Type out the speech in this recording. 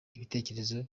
ibitekerezo